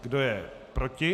Kdo je proti?